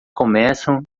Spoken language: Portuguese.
começam